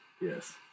Yes